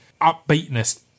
upbeatness